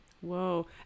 Whoa